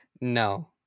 no